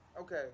Okay